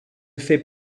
fait